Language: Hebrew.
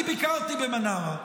אני ביקרתי במנרה,